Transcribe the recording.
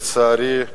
לצערי,